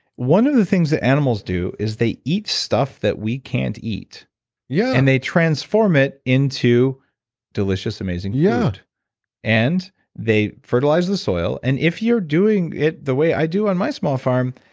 one of the things that animals do is they eat stuff that we can't eat yeah and they transform it into delicious amazing food yeah and they fertilize the soil. and if you're doing it the way i do on my small farm,